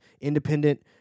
independent